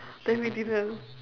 then we didn't